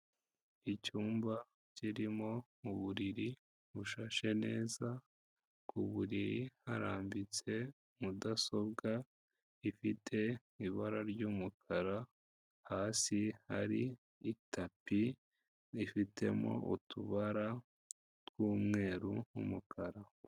Icyumba kirimo uburiri bushashe neza, ku buriri harambitse mudasobwa ifite ibara ry'umukara, hasi hari itapi rifitemo utubara tw'umweru n'umukara.